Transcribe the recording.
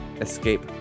escape